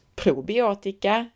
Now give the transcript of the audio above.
probiotika